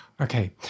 Okay